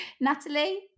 Natalie